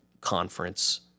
conference